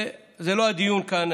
זה לא הדיון כאן.